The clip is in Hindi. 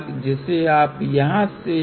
1 के बराबर है यहाँ प्रतिबिंब गुणांक क्या है